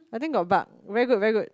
I think got bug very good very good